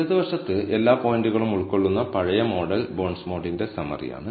ഇടതുവശത്ത് എല്ലാ പോയിന്റുകളും ഉൾക്കൊള്ളുന്ന പഴയ മോഡൽ ബോണ്ട്സ്മോഡിന്റെ സമ്മറിയാണ്